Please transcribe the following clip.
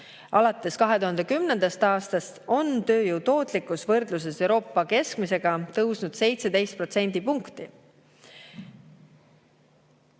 Alates 2010. aastast on tööjõu tootlikkus võrdluses Euroopa keskmisega tõusnud 17